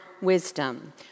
wisdom